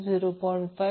5j0